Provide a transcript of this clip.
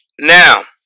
Now